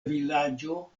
vilaĝo